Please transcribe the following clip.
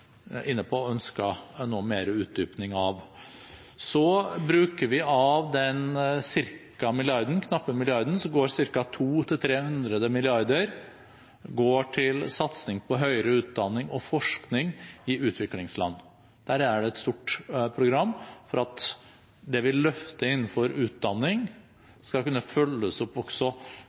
inne på og ønsket noe mer utdypning av. Av den knappe milliarden går ca. 200–300 mill. kr til satsing på høyere utdanning og forskning i utviklingsland. Der er det et stort program for at det vi løfter innenfor utdanning, skal kunne følges opp også